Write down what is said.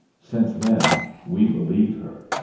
since then we believe her.